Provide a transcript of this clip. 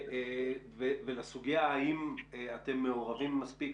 וגם להתייחס לסוגיה האם אתם מעורבים מספיק.